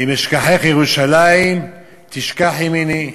"אם אשכחך ירושלם תשכח ימיני",